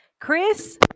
Chris